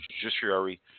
judiciary